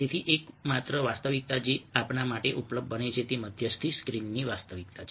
તેથી એકમાત્ર વાસ્તવિકતા જે આપણા માટે ઉપલબ્ધ બને છે તે મધ્યસ્થી સ્ક્રીનની વાસ્તવિકતા છે